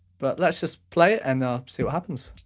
but let's just play it and ah see what happens.